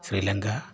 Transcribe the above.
Sri Lanka